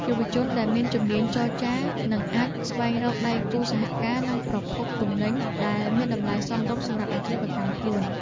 យុវជនដែលមានជំនាញចរចានឹងអាចស្វែងរកដៃគូសហការនិងប្រភពទំនិញ ដែលមានតម្លៃសមរម្យសម្រាប់អាជីវកម្មខ្លួន។